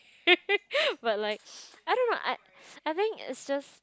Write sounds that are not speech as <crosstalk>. <laughs> but like I don't know I I think it's just